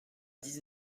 dix